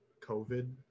COVID